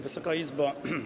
Wysoka Izbo!